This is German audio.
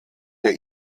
der